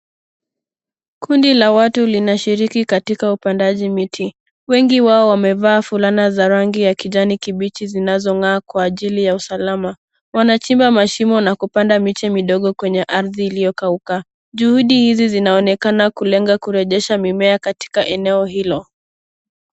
Kundi la watu linashiriki katika upandaji miti. Wengi wao wamevaa fulana za rangi ya kijani kibichi zinazong'aa kwa ajili ya usalama. Wanachimba mashimo na kupanda miti midogo kwenye ardhi iliyokauka. Juhudi hizi zinaonekana kulenga kurejesha mimea katika eneo hilo.